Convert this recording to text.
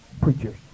preachers